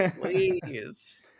please